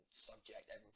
subject